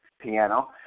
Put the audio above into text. piano